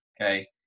okay